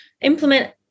implement